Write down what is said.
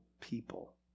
people